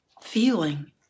feeling